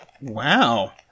Wow